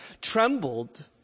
trembled